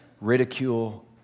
ridicule